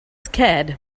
scared